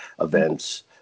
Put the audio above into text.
events